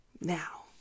Now